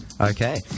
okay